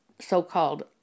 so-called